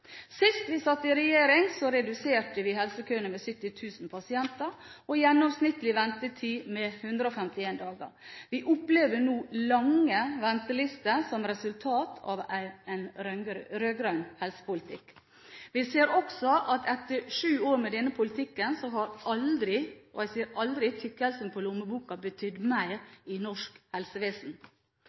Sist vi satt i regjering, reduserte vi helsekøene med 70 000 pasienter og gjennomsnittlig ventetid med 151 dager. Vi opplever nå lange ventelister som resultat av en rød-grønn helsepolitikk. Vi ser også at etter sju år med denne politikken, har aldri – og jeg sier aldri – tykkelsen på lommeboken betydd mer i norsk helsevesen.